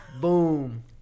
Boom